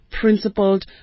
principled